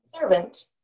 servant